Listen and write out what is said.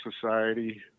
Society